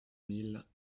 mille